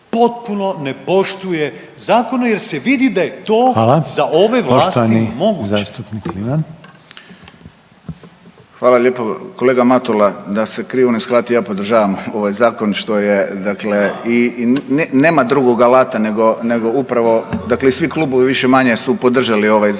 Poštovani zastupnik Kliman. **Kliman, Anton (HDZ)** Hvala lijepo. Kolega Matula da se krivo ne shvati ja podržavam ovaj zakon što je dakle i nema drugog alata nego upravo dakle i svi klubovi više-manje su podržali ovaj zakon